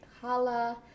Hala